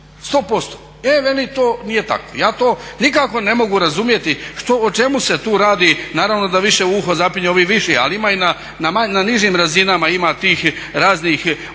100%. E veli to nije tako. Ja to nikako ne mogu razumjeti o čemu se tu radi. Naravno da više u uho zapinju ovi viši, ali ima i na nižim razinama tih raznih odluka.